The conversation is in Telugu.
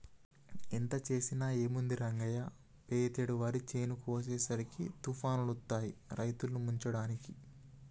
ఎంత చేసినా ఏముంది రంగయ్య పెతేడు వరి చేను కోసేసరికి తుఫానులొత్తాయి రైతుల్ని ముంచడానికి